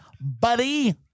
buddy